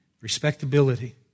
Respectability